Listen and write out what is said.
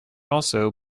also